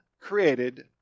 created